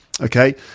Okay